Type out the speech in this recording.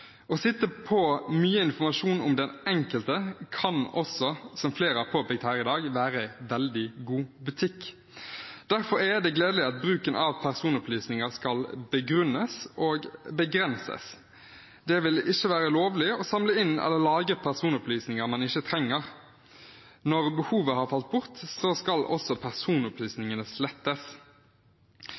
Å sitte på mye informasjon om den enkelte kan også, som flere har påpekt her i dag, være veldig god butikk. Derfor er det gledelig at bruken av personopplysninger skal begrunnes og begrenses. Det vil ikke være lovlig å samle inn eller lagre personopplysninger man ikke trenger. Når behovet har falt bort, skal også personopplysningene slettes.